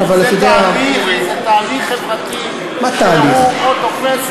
זה תהליך חברתי שהוא או תופס,